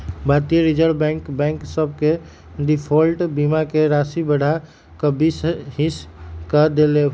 भारतीय reserve bank bank सभ के डिफॉल्ट बीमा के राशि बढ़ा कऽ बीस हिस क देल्कै